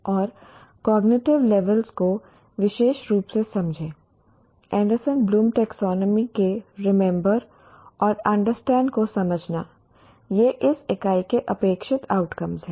और cognitive level को विशेष रूप से समझे एंडरसन ब्लूम टैक्सोनॉमी के रिमेंबर ' और 'अंडरस्टैंड ' को समझना ये इस इकाई के अपेक्षित आउटकम्स हैं